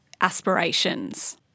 aspirations